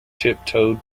tiptoed